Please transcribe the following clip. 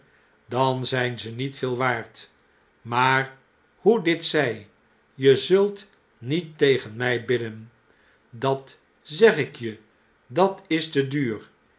dan zp ze niet veel waard maar hoe dit zg je zult niet tegen mg bidden dat zeg ik je dat is te duur